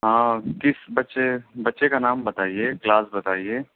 ہاں کِس بچے بچے کا نام بتائیے کلاس بتائیے